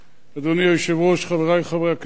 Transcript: אדוני היושב-ראש, חברי חברי הכנסת,